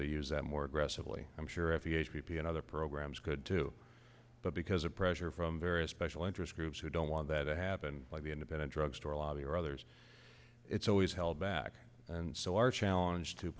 the use that more aggressively i'm sure f e a p p and other programs could too but because of pressure from various special interest groups who don't want that to happen like the independent drugstore lobby or others it's always held back and so our challenge to